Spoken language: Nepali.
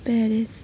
पेरिस